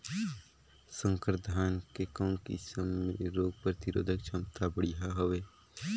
संकर धान के कौन किसम मे रोग प्रतिरोधक क्षमता बढ़िया हवे?